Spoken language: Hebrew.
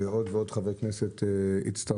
על סדר